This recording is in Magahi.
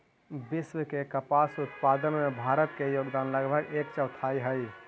विश्व के कपास उत्पादन में भारत के योगदान लगभग एक चौथाई हइ